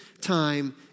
time